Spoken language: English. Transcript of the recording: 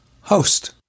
host